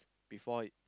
before